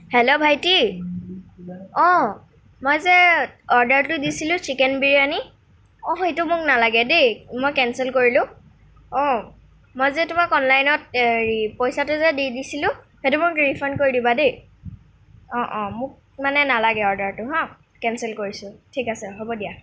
hello ভাইটি অঁ মই যে অৰ্দাৰটো দিছিলোঁ চিকেন বিৰিয়ানী অঁ সেইটো মোক নালাগে দেই মই কেনচেল কৰিলোঁ অঁ মই যে তোমাক অনলাইনত হেৰি পইচাটো যে দি দিছিলোঁ সেইটো মোক ৰিফাণ্ড কৰি দিবা দেই অঁ অঁ মোক মানে নালাগে অৰ্দাৰটো হাঁ কেনচেল কৰিছোঁ ঠিক আছে হ'ব দিয়া